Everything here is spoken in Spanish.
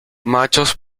machos